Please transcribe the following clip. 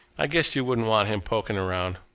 i guessed you wouldn't want him poking around.